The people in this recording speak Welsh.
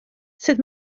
sut